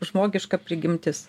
žmogiška prigimtis